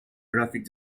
graphic